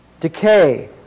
Decay